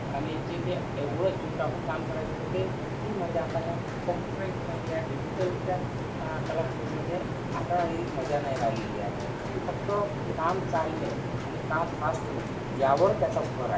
आणि जे ते एवढं जीव टाकून काम करायचं तर ते ती मजा आता ह्या कम्प्युटराईजमध्ये या डिजिटलच्या कलाकृतीमध्ये आता ही मजा नाही राहिलेली आहे ती फक्त काम चालणे आणि काम फास्ट होणे यावर त्याचा भर आहे